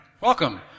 Welcome